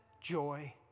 joy